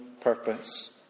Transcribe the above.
purpose